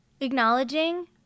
acknowledging